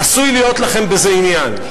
עשוי להיות לכם בזה עניין,